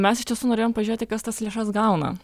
mes iš tiesų norėjom pažiūrėti kas tas lėšas gauna